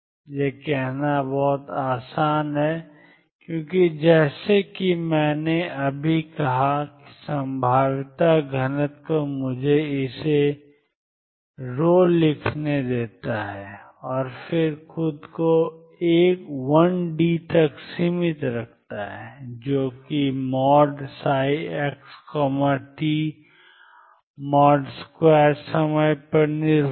यह कहना बहुत आसान है क्योंकि जैसा कि मैंने अभी कहा कि संभाव्यता घनत्व मुझे इसे लिखने देता है और फिर से खुद को 1D तक सीमित रखता है जो कि xt2 समय पर निर्भर है